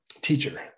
teacher